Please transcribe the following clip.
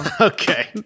Okay